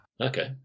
Okay